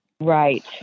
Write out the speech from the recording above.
Right